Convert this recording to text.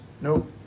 Nope